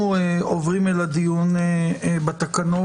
אנחנו עוברים אל הדיון בתקנות.